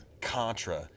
Contra